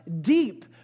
deep